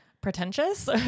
pretentious